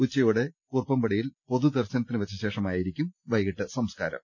ഉച്ചയോടെ കുറുപ്പംപടിയിൽ പൊതുദർശനത്തിന് വെച്ചശേഷമായിരിക്കും വൈകിട്ട് സംസ്കാരം